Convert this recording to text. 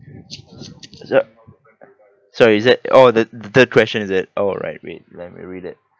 y~ sorry is that oh the the third question is it oh right wait let me read it